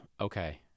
okay